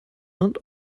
and